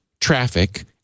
traffic